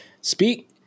speak